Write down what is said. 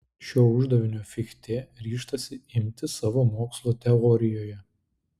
šio uždavinio fichtė ryžtasi imtis savo mokslo teorijoje